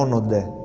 um of the